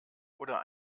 oder